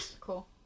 Cool